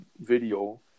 video